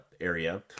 area